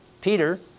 Peter